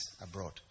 abroad